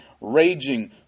raging